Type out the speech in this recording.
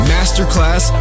Masterclass